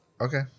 Okay